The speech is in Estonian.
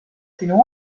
sinu